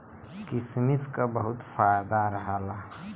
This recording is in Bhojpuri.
किसमिस क बहुते फायदा रहला